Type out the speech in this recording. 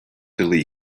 lee